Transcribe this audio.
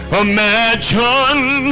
imagine